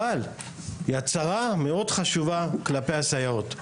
אבל היא הצהרה מאוד חשובה כלפי הסייעות.